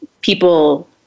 people